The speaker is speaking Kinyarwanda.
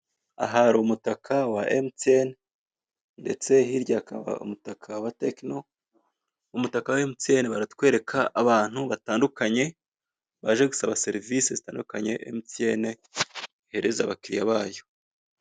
Aha hari umutaka wa emutiyeni, ndetse hirya hakaba umutaka wa tekino, umutaka wa emutiyeni baratwereka abantu batandukanye baje gusaba serivise zitandukanye emutiyeni ihereza abakiriya bayo.